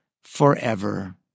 forever